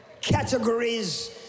categories